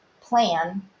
plan